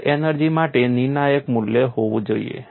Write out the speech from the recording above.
કુલ energy માટે નિર્ણાયક મૂલ્ય હોવું જોઈએ